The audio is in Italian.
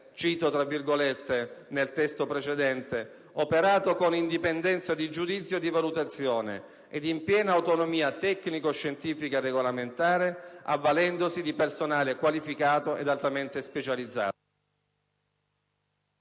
il seguente periodo: «L'Agenzia opera con indipendenza di giudizio e di valutazione e in piena autonomia tecnico-scientifica e regolamentare, avvalendosi di personale qualificato ed altamente specializzato».